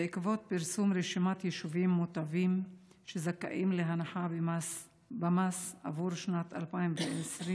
בעקבות פרסום רשימת יישובים מוטבים שזכאים להנחה במס עבור שנת 2023,